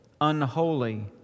unholy